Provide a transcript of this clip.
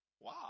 Wow